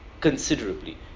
considerably